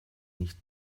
nicht